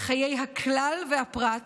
בחיי הכלל והפרט,